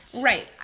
Right